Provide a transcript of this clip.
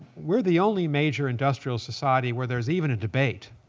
we're the only major industrial society where there's even a debate.